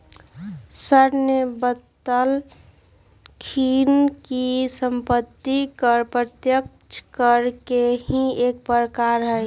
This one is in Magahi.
सर ने बतल खिन कि सम्पत्ति कर प्रत्यक्ष कर के ही एक प्रकार हई